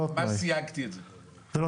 בכוונה סייגתי את זה.